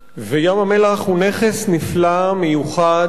ים-המלח הוא נכס נפלא, מיוחד,